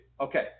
Okay